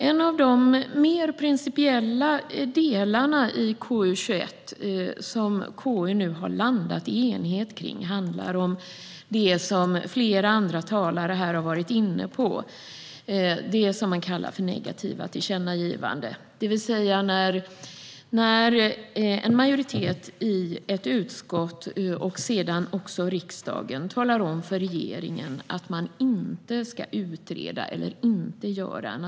En av de mer principiella delarna i KU21 som KU nu har landat i enighet om handlar, som flera andra talare har varit inne på, om det som kallas för negativa tillkännagivanden. Ett negativt tillkännagivande är när en majoritet i ett utskott och sedan också riksdagen talar om för regeringen att den inte ska utreda eller vidta en åtgärd.